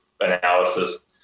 analysis